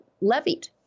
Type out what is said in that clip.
levied